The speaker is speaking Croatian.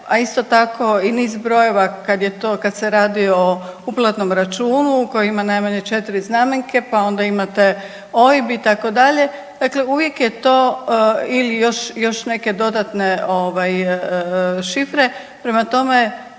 a isto tako i niz brojeva kad je to, kad se radi o uplatnom računu koji ima najmanje 4 znamenke pa onda imate OIB itd., dakle uvijek je to, ili još, još neke dodatne ovaj šifre, prema tome